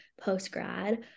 post-grad